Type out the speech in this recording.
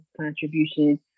contributions